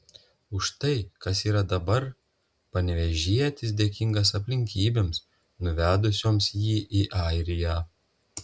už tai kas yra dabar panevėžietis dėkingas aplinkybėms nuvedusioms jį į airiją